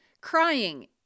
Crying